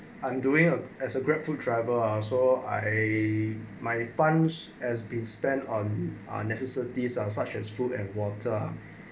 I'm doing as a grateful driver ah so I my funds as been spent on unnecessary disk such as food and water ah